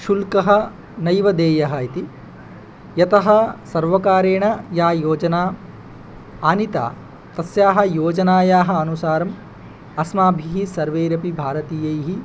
शुल्कः नैव देयः इति यतः सर्वकारेण या योजना आनीता तस्याः योजनायाः अनुसारं अस्माभिः सर्वैरपि भारतीयैः